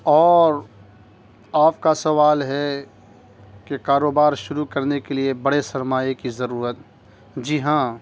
اور آپ کا سوال ہے کہ کاروبار شروع کرنے کے لیے بڑے سرمائے کی ضرورت جی ہاں